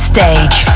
Stage